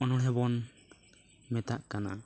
ᱚᱱᱚᱬᱦᱮ ᱵᱚᱱ ᱢᱮᱛᱟᱜ ᱠᱟᱱᱟ